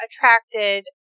attracted